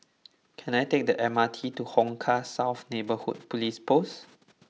can I take the M R T to Hong Kah South Neighbourhood Police Post